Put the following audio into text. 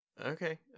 Okay